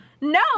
no